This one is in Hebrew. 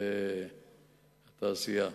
בתעסוקה,